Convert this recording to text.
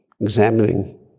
examining